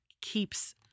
keeps